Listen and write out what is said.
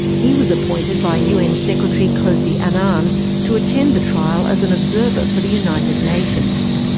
he was appointed by un secretary-general kofi annan to attend the trial as an observer for the united nations.